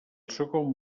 segon